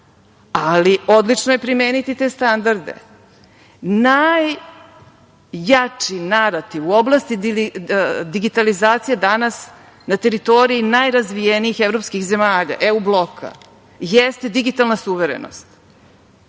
ali odlično je primeniti te standarde. Najjači narativ u oblasti digitalizacije danas na teritoriji najrazvijenijih evropskih zemalja EU bloka jeste digitalna suverenost